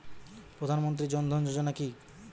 প্রধান মন্ত্রী জন ধন যোজনা কি?